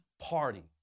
party